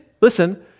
listen